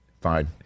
Fine